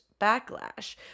backlash